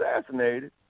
assassinated